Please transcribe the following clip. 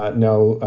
ah no,